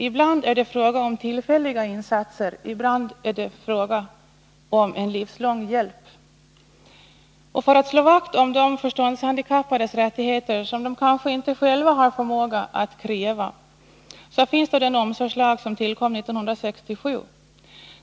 Ibland är det fråga om tillfälliga insatser, ibland om en livslång hjälp. För att slå vakt om de förståndshandikappades rättigheter, som de kanske inte själva har förmåga att kräva, finns den omsorgslag som tillkom 1967.